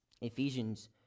ephesians